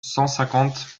cinquante